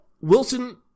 Wilson